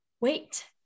wait